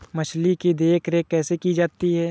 मछली की देखरेख कैसे की जाती है?